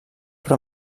però